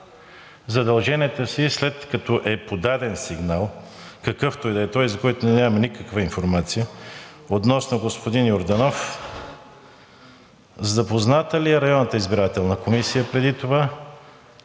задълженията си, след като е подаден сигнал, какъвто и да е той, за което ние нямаме никаква информация относно господин Йорданов, запозната ли е районната избирателна комисия преди това?